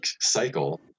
cycle